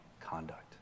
conduct